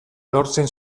lortzen